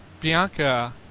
Bianca